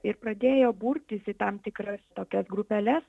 ir pradėjo burtis į tam tikras tokias grupeles